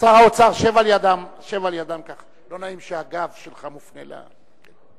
שר האוצר, שב לידם, לא נעים שהגב שלך מופנה לכאן.